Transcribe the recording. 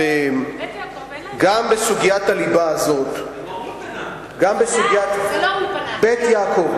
זו לא אולפנה, זה "בית יעקב".